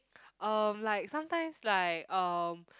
um like sometimes like um